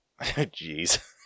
Jeez